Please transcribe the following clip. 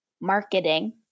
marketing